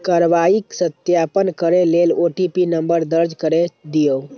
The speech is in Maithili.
कार्रवाईक सत्यापन करै लेल ओ.टी.पी नंबर दर्ज कैर दियौ